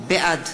בעד